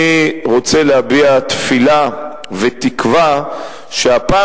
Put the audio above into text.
אני רוצה להביע תפילה ותקווה שהפעם